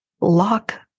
lock